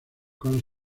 con